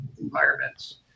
environments